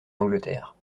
angleterre